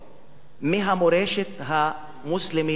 מהמורשת המוסלמית והערבית.